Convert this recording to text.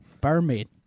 barmaid